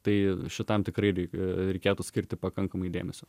tai šitam tikrai rei reikėtų skirti pakankamai dėmesio